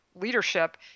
leadership